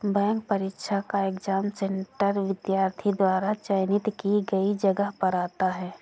bank परीक्षा का exam centre विद्यार्थी द्वारा चयनित की गई जगह पर आता है